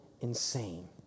insane